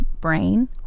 brain